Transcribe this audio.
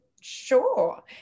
sure